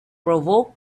provoked